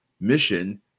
mission